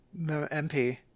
MP